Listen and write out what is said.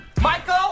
Michael